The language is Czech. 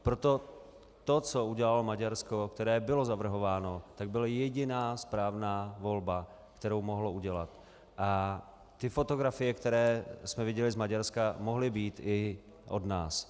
Proto to, co udělalo Maďarsko, které bylo zavrhováno, byla jediná správná volba, kterou mohlo udělat, a fotografie, které jsme viděli z Maďarska, mohly být i od nás.